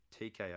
TKO